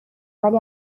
ولی